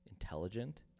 intelligent